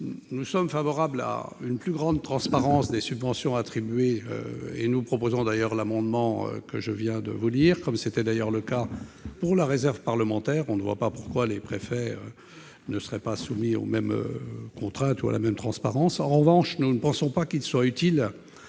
Nous sommes favorables à une plus grande transparence des subventions attribuées- c'est le sens de l'amendement que je viens de vous présenter -, comme c'était d'ailleurs le cas pour la réserve parlementaire. On ne voit pas pourquoi les préfets ne seraient pas soumis aux mêmes contraintes ou à la même transparence. En revanche, il ne nous semble pas utile